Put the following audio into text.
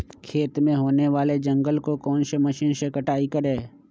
खेत में होने वाले जंगल को कौन से मशीन से कटाई करें?